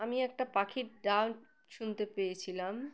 আমি একটা পাখির ডাক শুনতে পেয়েছিলাম